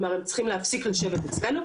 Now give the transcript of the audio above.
כלומר הם צריכים להפסיק לשבת אצלנו,